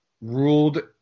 ruled